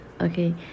okay